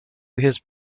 his